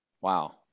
Wow